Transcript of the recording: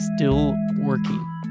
stillworking